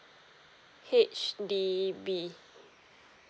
H_D_B